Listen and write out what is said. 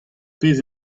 pezh